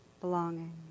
belonging